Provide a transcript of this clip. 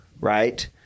Right